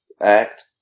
act